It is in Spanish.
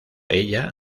ella